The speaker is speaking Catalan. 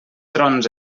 trons